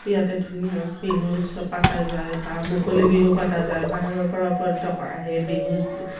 ইয়াতে ধুনীয়া বিহু উৎসৱ পাতা যায় বা মুকলি বিহু পাতা যায় বাহিৰৰ পৰাও পৰ্যটক আহে বিহু